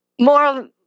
more